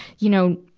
you know,